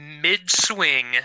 Mid-swing